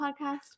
podcast